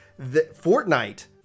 Fortnite